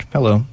Hello